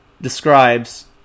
describes